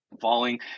falling